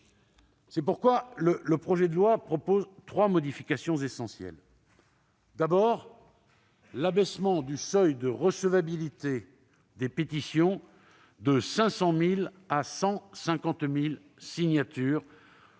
C'est pourquoi le projet de loi prévoit trois modifications essentielles : d'abord, l'abaissement du seuil de recevabilité des pétitions de 500 000 à 150 000 signatures,